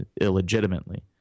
illegitimately